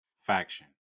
faction